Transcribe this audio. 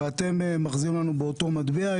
ואתם מחזירים לנו באותה מטבע.